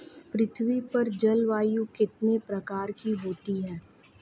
पृथ्वी पर जलवायु कितने प्रकार की होती है?